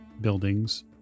buildings